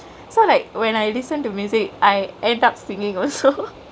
so like when I listen to music I end up singkingk also